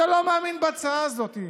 אתה לא מאמין בהצעה הזאת.